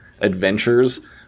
adventures